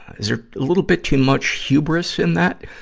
is there a little bit too much hubris in that?